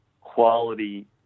quality